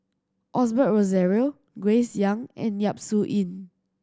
Osbert Rozario Grace Young and Yap Su Yin